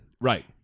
right